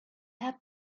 had